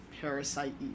Parasite